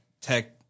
tech